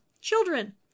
children